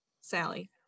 Sally